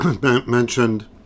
mentioned